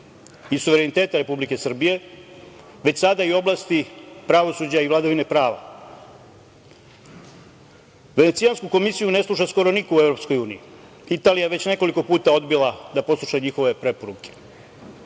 i suvereniteta Republike Srbije, već sada i u oblasti pravosuđa i vladavine prava. Venecijansku komisiju ne sluša skoro niko u EU. Italija je već nekoliko puta odbila da posluša njihove preporuke.